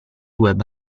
web